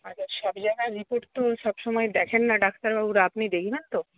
সব জায়গার রিপোর্ট তো সবসময় দেখেন না ডাক্তারবাবুরা আপনি দেখবেন তো